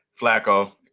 Flacco